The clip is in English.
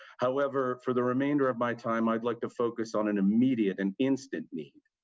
however, for the remainder of my time, i would like to focus, on an immediate, and instant need.